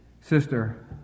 Sister